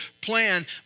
plan